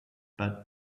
but